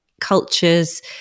cultures